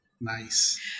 Nice